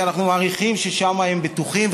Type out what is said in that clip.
ואנחנו מעריכים ששם הם בטוחים,